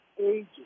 ages